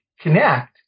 connect